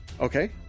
Okay